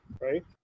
right